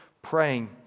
praying